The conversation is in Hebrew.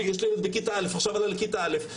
יש לי ילד שעכשיו עלה לכיתה א',